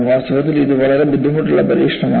വാസ്തവത്തിൽ ഇത് വളരെ ബുദ്ധിമുട്ടുള്ള പരീക്ഷണമാണ്